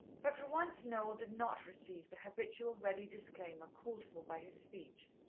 but for once noel did not receive the habitual ready disclaimer called for by his speech.